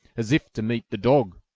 as if to meet the dog.